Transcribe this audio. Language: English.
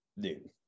dude